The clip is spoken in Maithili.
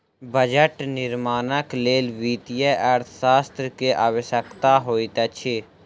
बजट निर्माणक लेल वित्तीय अर्थशास्त्री के आवश्यकता होइत अछि